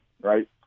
right